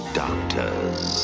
doctors